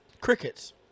crickets